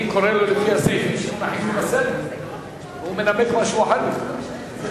אני קורא לו לפי הסעיף, והוא מנמק משהו אחר בכלל.